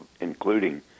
including